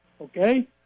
okay